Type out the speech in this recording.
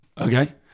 Okay